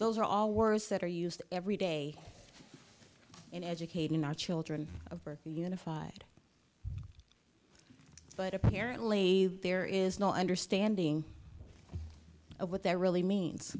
those are all words that are used every day in educating our children of birth unified but apparently there is no understanding of what they're really means